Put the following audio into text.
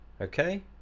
Okay